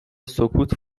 سکوت